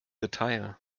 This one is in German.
detail